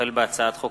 החל בהצעת חוק